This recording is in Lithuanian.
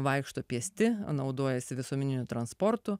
vaikšto pėsti naudojasi visuomeniniu transportu